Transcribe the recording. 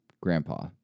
Grandpa